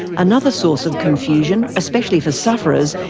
another source of confusion, especially for suffers,